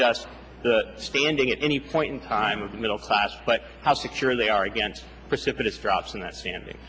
just standing at any point in time of the middle class but how secure they are against precipitous drops in that standing